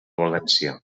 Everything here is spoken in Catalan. valència